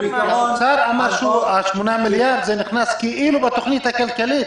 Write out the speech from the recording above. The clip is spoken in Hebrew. השר אמר שה-8 מיליארד נכנס כאילו בתוכנית הכלכלית.